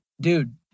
dude